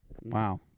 wow